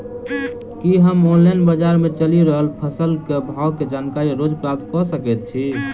की हम ऑनलाइन, बजार मे चलि रहल फसलक भाव केँ जानकारी रोज प्राप्त कऽ सकैत छी?